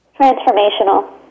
Transformational